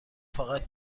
فقط